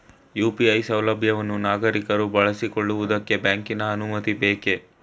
UPI ಸೌಲಭ್ಯವನ್ನು ನಾಗರಿಕರು ಬಳಸಿಕೊಳ್ಳುವುದಕ್ಕೆ ಬ್ಯಾಂಕಿನ ಅನುಮತಿ ಬೇಕೇ?